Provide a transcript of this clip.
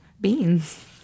beans